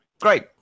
Great